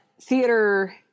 theater